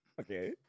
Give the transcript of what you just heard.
Okay